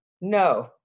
No